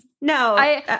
No